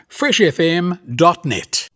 freshfm.net